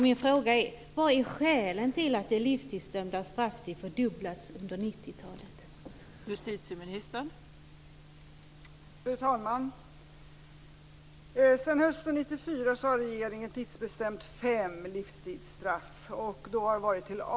Min fråga är: Vad är skälen till att de livstidsdömdas strafftid fördubblats under 1990-talet?